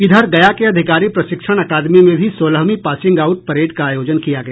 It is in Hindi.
इधर गया के अधिकारी प्रशिक्षण अकादमी में भी सोलहवीं पासिंग आउट परेड का आयोजन किया गया